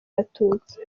abatutsi